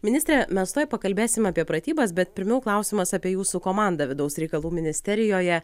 ministre mes tuoj pakalbėsim apie pratybas bet pirmiau klausimas apie jūsų komandą vidaus reikalų ministerijoje